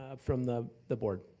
ah from the the board?